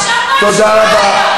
תודה רבה.